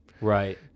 right